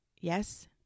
yes